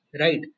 right